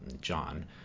John